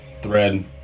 thread